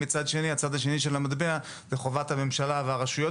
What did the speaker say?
הצד השני של המטבע הוא חובת הממשלה והרשויות